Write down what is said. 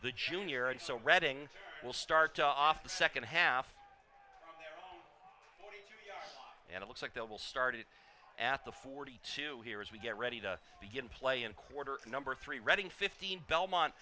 the junior and so reading will start off the second half and it looks like they will start it at the forty two here as we get ready to begin play and quarter number three reading fifteen belmont